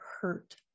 hurt